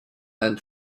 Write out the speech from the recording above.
and